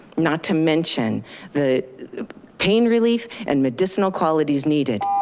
not to mention the pain relief and medicinal qualities needed.